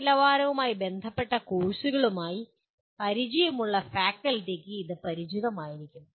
ഗുണനിലവാരവുമായി ബന്ധപ്പെട്ട കോഴ്സുകളുമായി പരിചയമുള്ള ഫാക്കൽറ്റിക്ക് അത് പരിചിതമായിരിക്കും